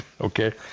Okay